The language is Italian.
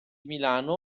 milano